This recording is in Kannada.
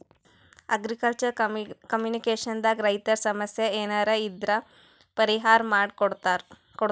ಅಗ್ರಿಕಲ್ಚರ್ ಕಾಮಿನಿಕೇಷನ್ ದಾಗ್ ರೈತರ್ ಸಮಸ್ಯ ಏನರೇ ಇದ್ರ್ ಪರಿಹಾರ್ ಮಾಡ್ ಕೊಡ್ತದ್